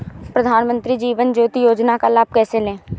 प्रधानमंत्री जीवन ज्योति योजना का लाभ कैसे लें?